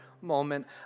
moment